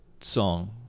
song